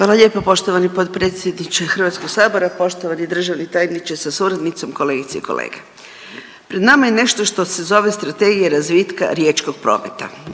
Hvala lijepo. Poštovani potpredsjedniče HS-a, poštovani državni tajniče sa suradnicom, kolegice i kolege. Pred nama je nešto što se zove Strategija razvitka riječkog prometa